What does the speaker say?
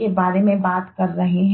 के बारे में बात कर रहे हैं